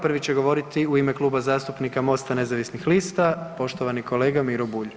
Prvi će govoriti u ime Kluba zastupnika Mosta nezavisnih lista poštovani kolega Miro Bulj.